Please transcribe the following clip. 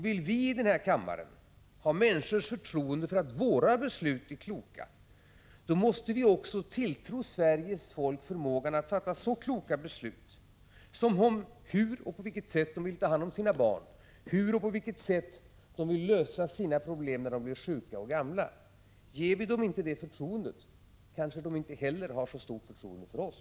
Vill vi i denna kammare att människor skall ha förtroende för att våra beslut är kloka, måste vi också tilltro svenskarna förmågan att fatta kloka beslut om t.ex. på vilket sätt de vill ta hand om sina barn och hur de vill lösa sina problem när de blir sjuka och gamla. Ger vi dem inte det förtroendet, kanske de inte heller har så stort förtroende för oss.